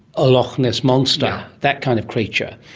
a loch ness monster, that kind of creature,